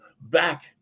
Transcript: back